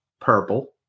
purple